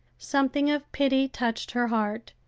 something of pity touched her heart,